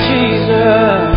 Jesus